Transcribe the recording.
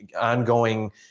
ongoing